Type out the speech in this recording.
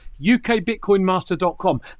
ukbitcoinmaster.com